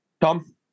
Tom